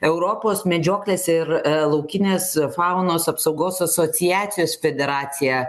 europos medžioklės ir laukinės faunos apsaugos asociacijos federacija